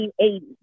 1980